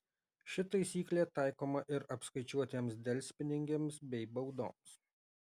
ši taisyklė taikoma ir apskaičiuotiems delspinigiams bei baudoms